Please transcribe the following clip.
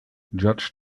judge